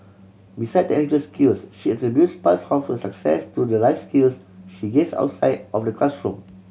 beside technical skills she attributes parts half of her success to the life skills she gains outside of the classroom